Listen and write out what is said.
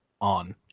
on